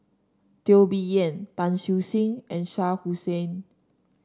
Teo Bee Yen Tan Siew Sin and Shah Hussain